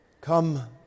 come